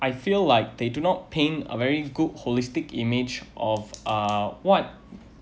I feel like they do not paint a very good holistic image of uh what